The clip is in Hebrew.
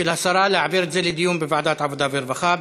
על הצעתה של השרה להעביר את הנושא לדיון בוועדת העבודה והרווחה.